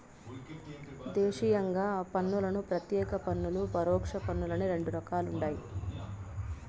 దేశీయంగా పన్నులను ప్రత్యేక పన్నులు, పరోక్ష పన్నులని రెండు రకాలుండాయి